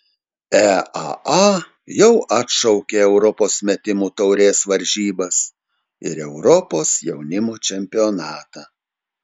eaa jau atšaukė europos metimų taurės varžybas ir europos jaunimo čempionatą